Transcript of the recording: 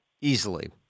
easily